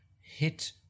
hit